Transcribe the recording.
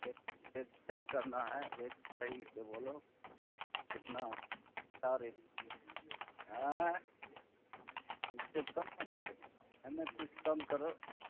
rate rate صحیح کرنا ہے ریٹ صحیح سے بولو اتنا کیا ریٹ آئیں اس سے کم نہیں لگے گا نہیں نہیں کچھ کم کرو